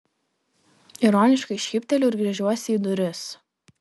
ironiškai šypteliu ir gręžiuosi į duris